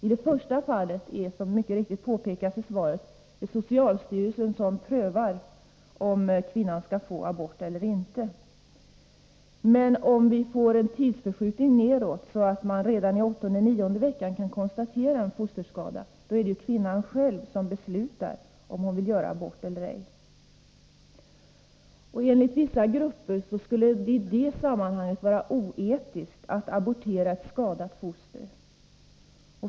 I det första fallet är det, som mycket riktigt påpekas i svaret, socialstyrelsen som prövar om kvinnan skall få abort eller inte. Men om vi får en tidsförskjutning nedåt, så att man redan i åttonde-nionde veckan kan konstatera en fosterskada, är det ju kvinnan själv som beslutar om hon vill göra abort eller ej. Enligt vissa grupper skulle det i detta sammanhang vara oetiskt att abortera ett skadat foster.